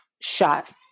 shot